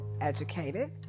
educated